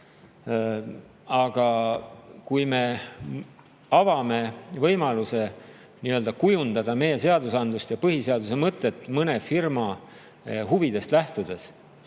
Aga kui me avame võimaluse kujundada meie seadusi ja põhiseaduse mõtet mõne firma huvidest lähtudes,